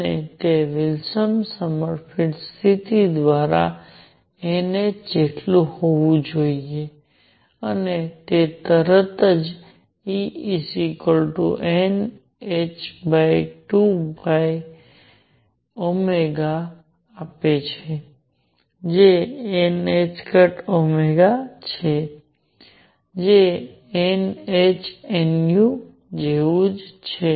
અને તે Wilson Sommerfeld સ્થિતિ દ્વારા n h જેટલું હોવું જોઈએ અને તે તરત જ Enh2π આપે છે જે nℏω જે n h nu જેવું જ છે